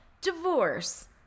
divorce